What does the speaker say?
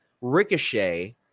Ricochet